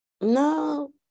no